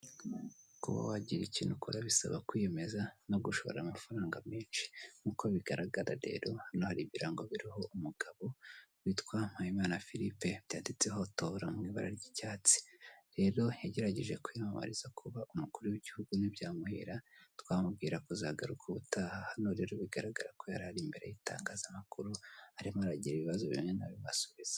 Kuba wagira ikintu ukora, bisaba kwiyemeza no gushora amafaranga menshi. Nk'uko bigaragara rero n'ibirango biriho umugabo witwa Muhayimana Philippe yanditseho tora mu ibara ry'icyatsi. Rero yagerageje kwiyamamariza kuba umukuru w'igihugu ntibyamuhira, twamubwira kuzagaruka ubutaha. Hano rero bigaragara ko yari ari imbere y'itangazamakuru, arimo aragira ibibazo bimwe asubiza.